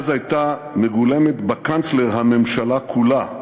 אז הייתה מגולמת בקנצלר הממשלה כולה,